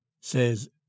says